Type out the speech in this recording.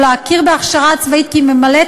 או להכיר בהכשרה הצבאית כממלאת